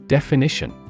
Definition